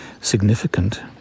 significant